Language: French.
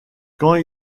quand